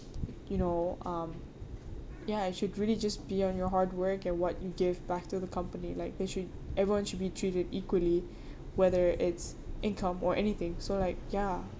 you know um ya it should really just be on your hard work and what you give back to the company like they should everyone should be treated equally whether its income or anything so like ya